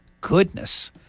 goodness